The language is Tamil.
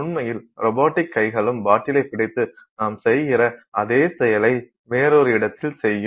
உண்மையில் ரோபோடிக் கைகளும் பாட்டிலைப் பிடித்து நாம் செய்கிற அதே செயலை வேறொரு இடத்தில் செய்யும்